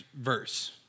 verse